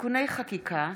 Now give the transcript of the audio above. (תיקוני חקיקה)